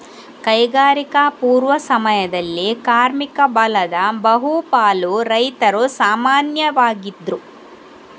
ಕೈಗಾರಿಕಾ ಪೂರ್ವ ಸಮಯದಲ್ಲಿ ಕಾರ್ಮಿಕ ಬಲದ ಬಹು ಪಾಲು ರೈತರು ಸಾಮಾನ್ಯವಾಗಿದ್ರು